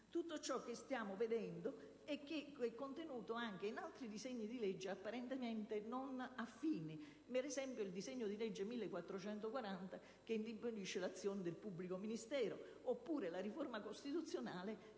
tutto ciò che è contenuto anche in altri disegni di legge apparentemente non affini: ad esempio, il disegno di legge n. 1440 che inibisce l'azione del pubblico ministero, oppure la riforma costituzionale che